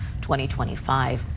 2025